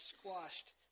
squashed